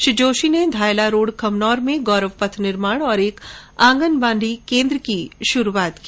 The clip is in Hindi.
श्री जोशी ने धायला रोड खमनोर में गौरव पथ निर्माण और एक आंगनबाडी केन्द्र का भी शुभारंभ किया